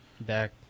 back